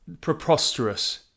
preposterous